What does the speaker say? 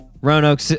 Roanoke